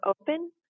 open